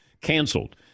canceled